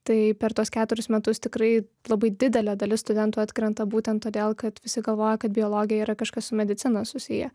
tai per tuos keturis metus tikrai labai didelė dalis studentų atkrenta būtent todėl kad visi galvoja kad biologija yra kažkas su medicina susiję